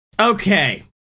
Okay